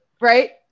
Right